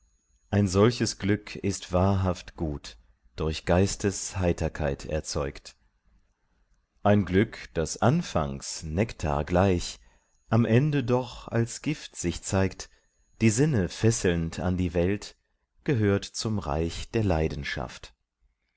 ein solches glück ist wahrhaft gut durch geistesheiterkeit erzeugt ein glück das anfangs nektargleich am ende doch als gift sich zeigt die sinne fesselnd an die welt gehört zum reich der leidenschaft